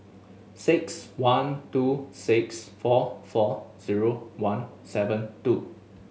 six one two six four four zero one seven two